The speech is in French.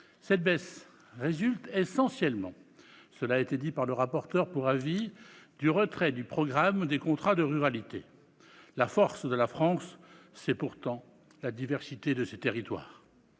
Cette diminution résulte essentiellement, cela a été dit par le rapporteur pour avis, du retrait du programme des contrats de ruralité. La force de la France, c'est pourtant la diversité de ses territoires.